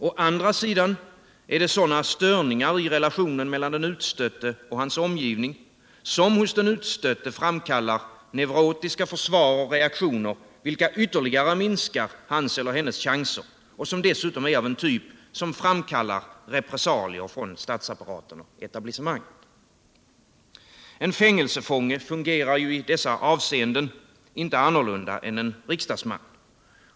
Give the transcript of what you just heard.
Å andra sidan är det sådana störningar i relationen mellan den utstötte och hans omgivning, som hos den utstötte framkallar neurotiska försvarsreaktioner, vilka ytterligare minskar den utstöttes chanser och som dessutom är av en typ som framkallar repressalier från statsapparaten och etablissemanget. En fånge fungerar i dessa avseenden inte annorlunda än en riksdagsman.